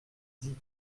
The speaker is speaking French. dit